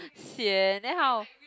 sian then how